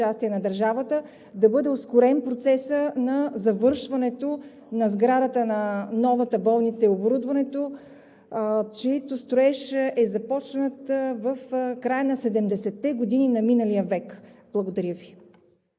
на държавата да бъде ускорен процесът на завършването на сградата на новата болница и оборудването, чийто строеж е започнат в края на 70-те години на миналия век. Благодаря Ви.